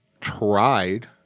tried